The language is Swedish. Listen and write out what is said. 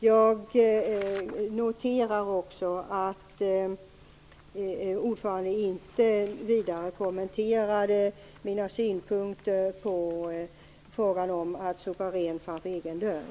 Jag noterar också att ordföranden inte vidare kommenterade mina synpunkter på frågan om att sopa rent framför egen dörr.